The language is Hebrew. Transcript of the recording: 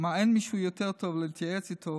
הוא אומר: אין מישהו יותר טוב להתייעץ איתו